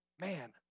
man